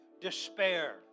despair